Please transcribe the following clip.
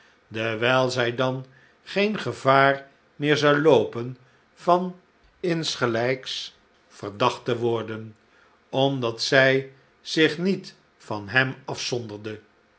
dewijl zij dan geen gevaar meer zou loopen van insgelijks verdacht te worden omdat zi zich niet van hem afzonderde